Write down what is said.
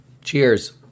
Cheers